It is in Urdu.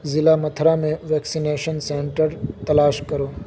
ضلع مَتُھرا میں ویکسینیشن سنٹر تلاش کرو